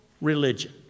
religion